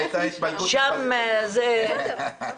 נכון.